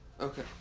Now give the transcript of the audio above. Okay